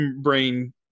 brain